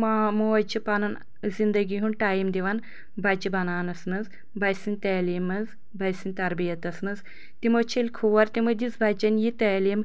ما موج چھُ پَنُن زِنٛدگی ہُنٛد ٹایم دِوان بَچہٕ بَناونس منٛز بَچہٕ سٔنٛدۍ تعلیٖم منٛز بَچہٕ سٔنٛدۍ تربِیٖتس منٛز تِمَو چھٔلۍ کھور تِمَو دِژ بَچن یہِ تعلیٖم